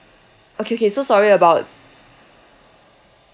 okay okay so sorry about